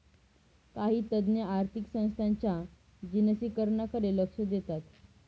काही तज्ञ आर्थिक संस्थांच्या जिनसीकरणाकडे कल देतात